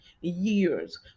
years